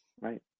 Right